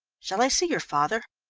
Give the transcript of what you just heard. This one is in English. shall i see your father?